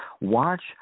Watch